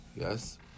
Yes